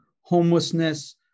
homelessness